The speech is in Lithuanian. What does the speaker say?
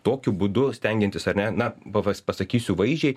tokiu būdu stengiantis ar ne na bavas pasakysiu vaizdžiai